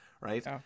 right